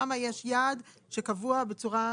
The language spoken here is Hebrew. שם יש יעד שקבוע בצורה ספציפית.